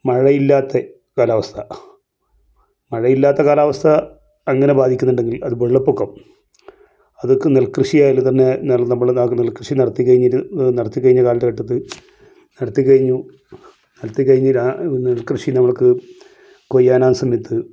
മഴയില്ലാത്ത കാലാവസ്ഥ മഴയില്ലാത്ത കാലാവസ്ഥ അങ്ങനെ ബാധിക്കുന്നുണ്ടെങ്കിൽ അത് വെള്ളപ്പൊക്കം അതൊക്കെ നെൽകൃഷിയെ അതിൽ തന്നെ നമ്മൾ നെൽകൃഷി നടത്തി കഴിഞ്ഞിട്ട് നടത്തി കഴിഞ്ഞ കാലഘട്ടത്തിൽ നടത്തി കഴിഞ്ഞു നടത്തി കഴിഞ്ഞ നെൽകൃഷി നമുക്ക് കൊയ്യാൻ അവസരം കിട്ടും